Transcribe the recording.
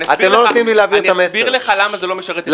אני אסביר לך למה זה לא משרת את הציבור.